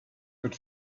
but